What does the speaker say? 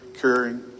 caring